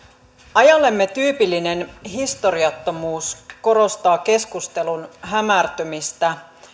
ajallemme tyypillinen historiattomuus korostaa keskustelun hämärtymistä